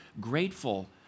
grateful